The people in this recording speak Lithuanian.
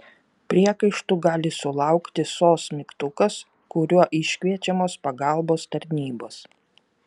priekaištų gali sulaukti sos mygtukas kuriuo iškviečiamos pagalbos tarnybos